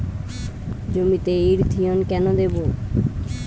জমিতে ইরথিয়ন কেন দেবো?